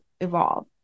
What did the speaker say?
evolve